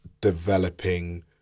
developing